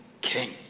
king